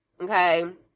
Okay